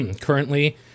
currently